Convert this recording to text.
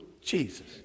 jesus